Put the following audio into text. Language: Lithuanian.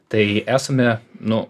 tai esame nu